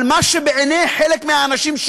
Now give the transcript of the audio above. על מה שבעיני חלק מהאנשים,